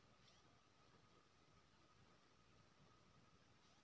बिबेक केँ deposit slip निकालै लेल नहि अबैत छै